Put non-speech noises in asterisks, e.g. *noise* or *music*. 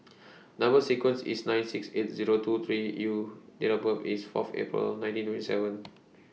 Number sequence IS nine six eight Zero two three U Date of birth IS Fourth April nineteen twenty seven *noise*